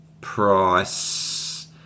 price